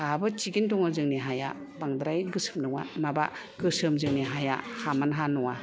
थिगैनो दङ जोंनि हाया बांद्राय गोसोम नङा माबा गोसोम जोंनि हाया हामोन हा नङा